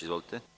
Izvolite.